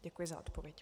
Děkuji za odpověď.